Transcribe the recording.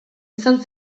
izan